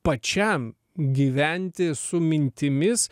pačiam gyventi su mintimis